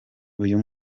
uyu